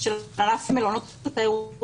של ענף המלונות התיירות